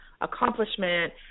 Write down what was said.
accomplishment